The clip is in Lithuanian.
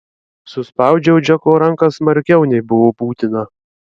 suspaudžiau džeko ranką smarkiau nei buvo būtina